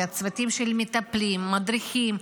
לצוותים של המטפלים והמדריכים,